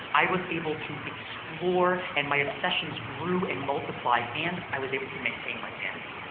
i was able to explore, and my obsessions grew and multiplied, and i was able to maintain my sanity.